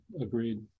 agreed